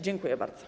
Dziękuję bardzo.